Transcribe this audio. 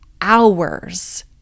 hours